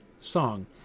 song